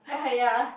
ya